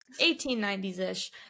1890s-ish